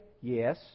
Yes